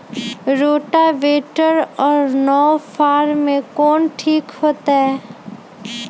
Rotavator और नौ फ़ार में कौन ठीक होतै?